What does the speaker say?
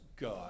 God